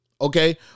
okay